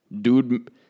dude